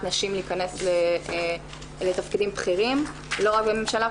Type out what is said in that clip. נשים להכנס לתפקידים בכירים לא רק בממשלה,